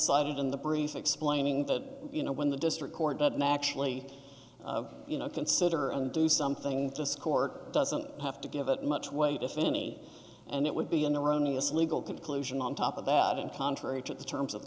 cited in the brief explaining that you know when the district court doesn't actually you know consider and do something to score it doesn't have to give it much weight if any and it would be an erroneous legal conclusion on top of that and contrary to the terms of the